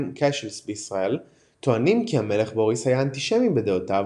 קשלס בישראל טוענים כי המלך בוריס היה אנטישמי בדעותיו